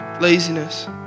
laziness